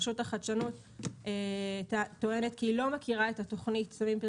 רשות החדשנות טוענת כי היא לא מכירה את התוכנית "שמים את